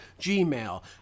gmail